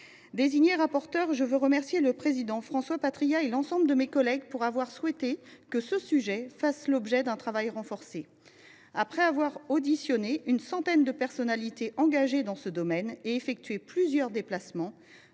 été la rapporteure, et je veux remercier le président François Patriat, ainsi que l’ensemble de mes collègues, d’avoir souhaité que ce sujet fasse l’objet d’un travail renforcé. Après avoir auditionné une centaine de personnalités engagées dans ce domaine et effectué plusieurs déplacements,